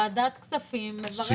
ועדת כספים מברכת אותך.